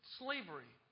slavery